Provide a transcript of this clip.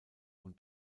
und